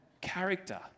character